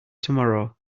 tomorrow